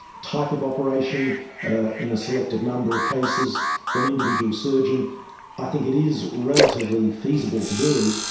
type of operation in a selected number of cases for any individual surgeon i think it is relatively feasible to do.